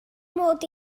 mod